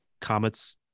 Comets